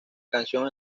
canción